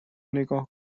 نگاه